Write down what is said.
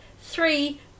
three